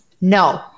No